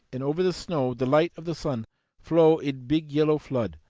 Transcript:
and over the snow the light of the sun flow in big yellow flood,